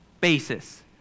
basis